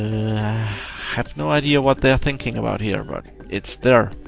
have no idea what they are thinking about here, but it's there.